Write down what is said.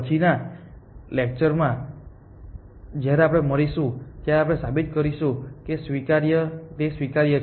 પછીના લેકચર માં જ્યારે આપણે મળીશું ત્યારે આપણે સાબિત કરીશું કે તે સ્વીકાર્ય છે